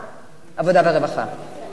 אנחנו עוברים להצבעה,